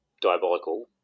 diabolical